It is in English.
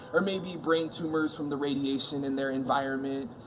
or maybe brain tumors from the radiation in their environment.